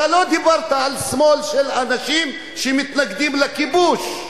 אתה לא דיברת על שמאל של אנשים שמתנגדים לכיבוש,